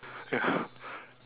ya